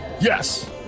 Yes